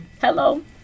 Hello